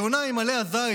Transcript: היונה עם עלה הזית,